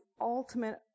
ultimate